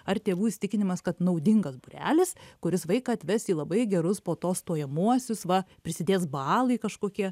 ar tėvų įsitikinimas kad naudingas būrelis kuris vaiką atves į labai gerus po to stojamuosius va prisidės balai kažkokie